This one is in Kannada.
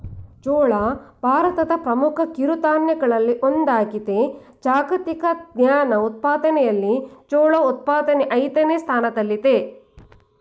ಜೋಳ ಭಾರತದ ಪ್ರಮುಖ ಕಿರುಧಾನ್ಯಗಳಲ್ಲಿ ಒಂದಾಗಿದೆ ಜಾಗತಿಕ ಧಾನ್ಯ ಉತ್ಪಾದನೆಯಲ್ಲಿ ಜೋಳ ಉತ್ಪಾದನೆ ಐದನೇ ಸ್ಥಾನದಲ್ಲಿದೆ